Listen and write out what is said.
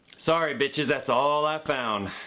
sorry bitches, that's all i found.